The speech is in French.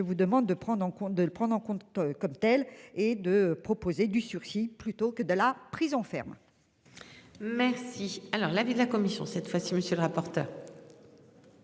en compte, de le prendre en compte comme telle. Et de proposer du sursis, plutôt que de la prison ferme. Merci. Alors l'avis de la commission. Cette fois-ci. Monsieur le rapporteur.